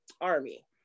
army